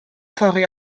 thorri